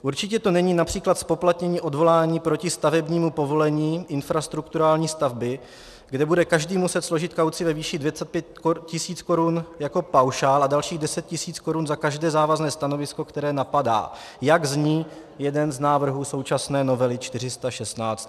Určitě to není např. zpoplatnění odvolání proti stavebnímu povolení infrastrukturální stavby, kde bude každý muset složit kauci ve výši tisíc korun jako paušál a dalších 10 tisíc korun za každé závazné stanovisko, které napadá, jak zní jeden z návrhů současné novely 416.